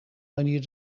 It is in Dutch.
manier